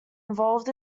involved